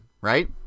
right